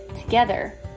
Together